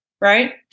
right